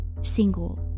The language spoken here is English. single